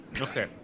Okay